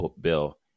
bill